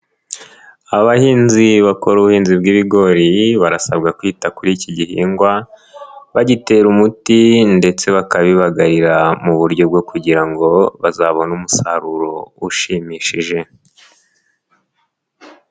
Abahinzi bakora ubuhinzi bw'ibigori barasabwa kwita kuri iki gihingwa, bagitera umuti ndetse bakabibagarira mu buryo bwo kugira ngo bazabone umusaruro ushimishije.